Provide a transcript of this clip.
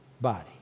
body